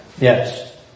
Yes